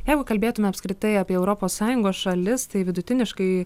jeigu kalbėtume apskritai apie europos sąjungos šalis tai vidutiniškai